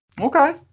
okay